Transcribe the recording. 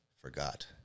Forgot